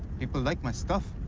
people like my stuff.